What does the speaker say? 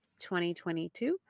2022